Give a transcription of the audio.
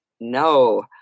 no